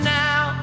now